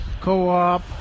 Co-Op